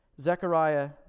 Zechariah